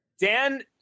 Dan